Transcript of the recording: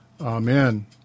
Amen